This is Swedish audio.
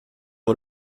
vad